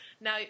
Now